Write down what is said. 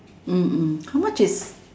mm mm how much is